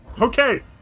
Okay